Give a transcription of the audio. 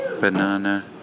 banana